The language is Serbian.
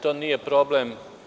To nije problem.